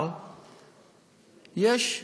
אבל יש,